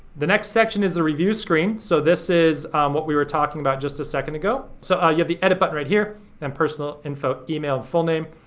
the next section is a review screen. so this is what we were talking about just a second ago. so you have the edit button right here and personal info, email and full name,